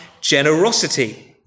generosity